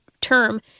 term